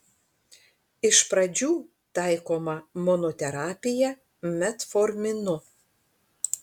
iš pradžių taikoma monoterapija metforminu